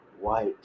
white